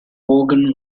morgan